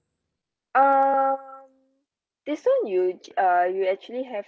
um this one you uh you actually have